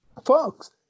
Folks